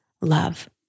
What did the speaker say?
Love